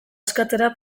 eskatzera